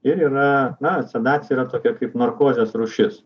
ir yra na sedacija yra tokia kaip narkozės rūšis